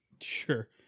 Sure